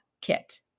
kit